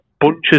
bunches